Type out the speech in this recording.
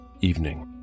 Evening